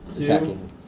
attacking